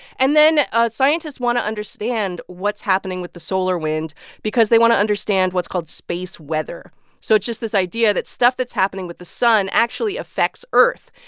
and then scientists want to understand what's happening with the solar wind because they want to understand what's called space weather so it's just this idea that stuff that's happening with the sun actually affects earth.